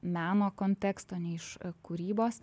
meno konteksto ne iš kūrybos